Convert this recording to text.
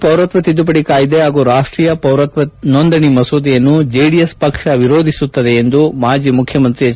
ಪೌರತ್ವ ತಿದ್ದುಪಡಿ ಕಾಯ್ದೆ ಹಾಗೂ ರಾಷ್ಟೀಯ ಪೌರತ್ವ ನೋಂದಣಿ ಮಸೂದೆಯನ್ನು ಜೆಡಿಎಸ್ ಪಕ್ಷ ವಿರೋಧಿಸುತ್ತದೆ ಎಂದು ಮಾಜಿ ಮುಖ್ಯಮಂತ್ರಿ ಎಚ್